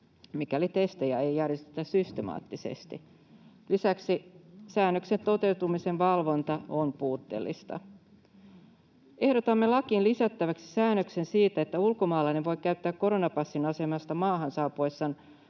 mikäli testejä ei järjestetä systemaattisesti. Lisäksi säännöksen toteutumisen valvonta on puutteellista. Ehdotamme lakiin lisättäväksi säännöksen siitä, että ulkomaalainen voi käyttää koronapassin asemasta maahan saapuessaan